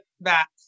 back